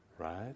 Right